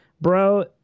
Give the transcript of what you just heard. bro